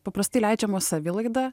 paprastai leidžiamos savilaida